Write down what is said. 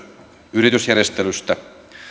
yritysjärjestelystä